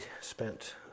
spent